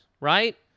right